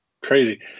Crazy